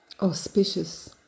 Auspicious